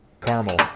caramel